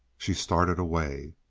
she started away.